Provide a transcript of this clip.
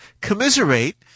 commiserate